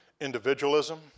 individualism